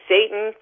Satan